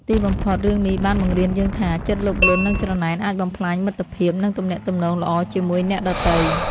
ទីបំផុត រឿងនេះបានបង្រៀនយើងថា ចិត្តលោភលន់និងច្រណែនអាចបំផ្លាញមិត្តភាពនិងទំនាក់ទំនងល្អជាមួយអ្នកដទៃ។